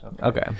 Okay